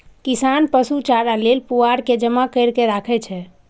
किसान पशु चारा लेल पुआर के जमा कैर के राखै छै